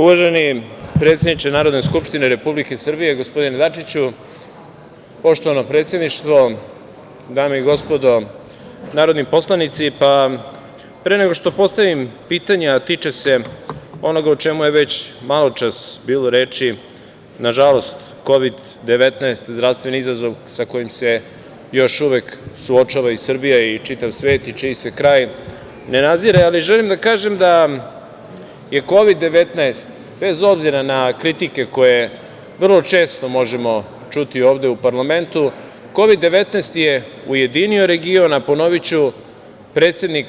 Uvaženi predsedničke Narodne skupštine Republike Srbije gospodine Dačiću, poštovano predsedništvo, dame i gospodo narodni poslanici, pre nego što postavim pitanje, a tiče se onoga o čemu je već maločas bilo reči, nažalost Kovid-19, zdravstveni izazov sa kojim se još uvek suočava i Srbija i čitav svet i čiji se kraj ne nazire, ali želim da kažem da je Kovid-19 bez obzira na kritike koje vrlo često možemo čuti ovde u parlamentu, Kovid-19 je ujedinio region, a ponoviću, predsednik